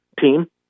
team